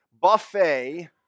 buffet